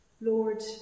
Lord